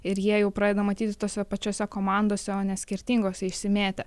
ir jie jau pradeda matytis tose pačiose komandose o ne skirtingose išsimėtę